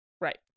Right